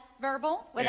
verbal